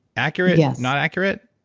accurate, yeah not accurate?